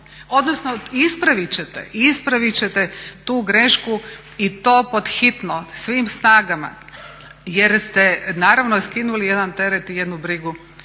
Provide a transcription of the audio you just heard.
odnosno ispravit ćete tu grešku i to pod hitno svim snagama jer ste naravno skinuli jedan teret i jednu brigu